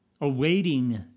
awaiting